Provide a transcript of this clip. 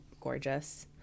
gorgeous